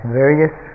various